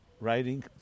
writing